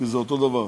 כי זה אותו דבר,